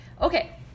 Okay